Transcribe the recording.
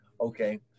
okay